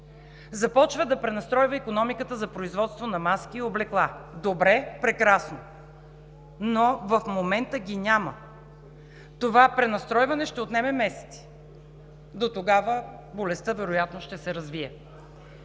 Започва да пренастройва икономиката за производство на маски и облекла. Добре, прекрасно! Но в момента ги няма. Това пренастройване ще отнеме месеци. Дотогава болестта вероятно ще се развие.